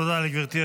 תודה לגברתי.